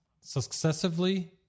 Successively